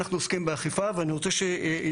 אנחנו עושים באכיפה ואני רוצה שיהיה